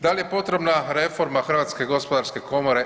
Da li je potrebna reforma Hrvatske gospodarske komore?